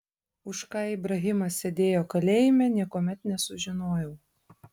už ką ibrahimas sėdėjo kalėjime niekuomet nesužinojau